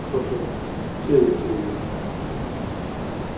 total ठीक ऐ ठीक ऐ